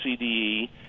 CDE